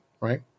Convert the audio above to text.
right